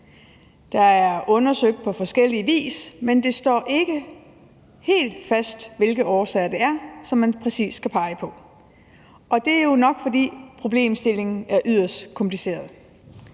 Det er undersøgt på forskellig vis, men det står ikke helt fast, hvilke årsager det er, man præcis skal pege på, og det er jo nok, fordi problemstillingen er yderst kompliceret.